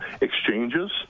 exchanges